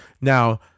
Now